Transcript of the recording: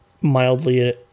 mildly